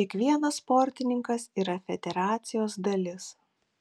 kiekvienas sportininkas yra federacijos dalis